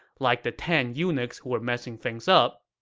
like the ten eunuchs who were messing things up,